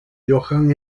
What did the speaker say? johann